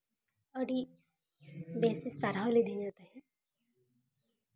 ᱟᱹᱰᱤ ᱵᱮᱥ ᱮ ᱥᱟᱨᱦᱟᱣ ᱞᱮᱫᱤᱧᱟᱹ ᱛᱟᱦᱮᱸ